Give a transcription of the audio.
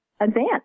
advance